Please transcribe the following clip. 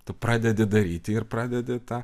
tu pradedi daryti ir pradedi tą